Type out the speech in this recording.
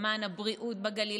למען הבריאות בגליל,